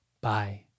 Bye